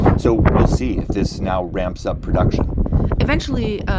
so we'll see if this now ramps up production eventually,